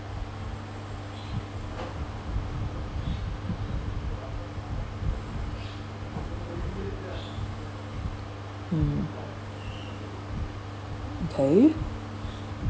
um okay